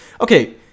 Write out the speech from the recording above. okay